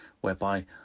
whereby